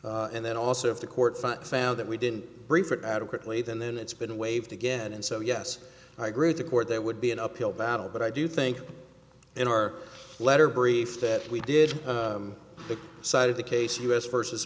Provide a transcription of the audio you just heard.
e and then also if the court found that we didn't brief it adequately then then it's been waived again and so yes i agree the court there would be an uphill battle but i do think in our letter brief that we did the side of the case u s versus